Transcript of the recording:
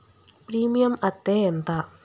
Premium అత్తే ఎంత?